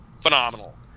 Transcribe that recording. phenomenal